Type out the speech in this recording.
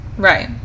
Right